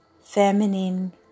feminine